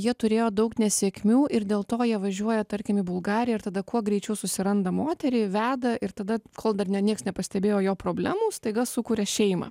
jie turėjo daug nesėkmių ir dėl to jie važiuoja tarkim į bulgariją ir tada kuo greičiau susiranda moterį veda ir tada kol dar nie nieks nepastebėjo jo problemų staiga sukuria šeimą